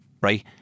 right